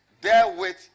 therewith